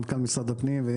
מנכ"ל משרד הפנים,